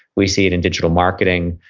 we see it in digital marketing,